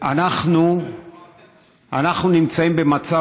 אנחנו נמצאים במצב,